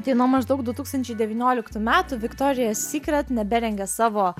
tai nuo maždaug du tūkstančiai devynioliktų metų viktoria sikret neberengia savo